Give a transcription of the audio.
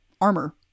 armor